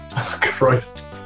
christ